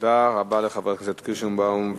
תודה רבה לחברת הכנסת קירשנבאום.